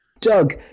Doug